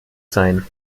sein